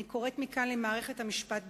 אני קוראת מכאן למערכת המשפט בישראל: